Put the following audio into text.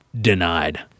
Denied